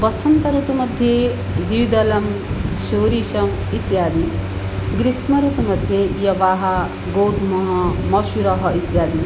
वसन्त ऋतुमध्ये द्विदलसौरिशम् इत्यादि ग्रीष्म ऋतुमध्ये यवाः गोधूमः मसूरः इत्यादि